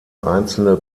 einzelne